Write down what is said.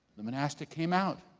the monastic came out